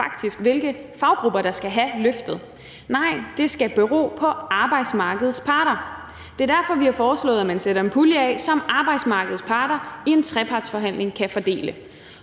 hvilke faggrupper der faktisk skal have løftet. Nej, det skal bero på arbejdsmarkedets parter, og det er derfor, vi har foreslået, at man afsætter en pulje, som arbejdsmarkedets parter i en trepartsforhandling kan fordele.